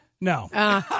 No